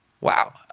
wow